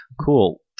Cool